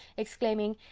exclaiming,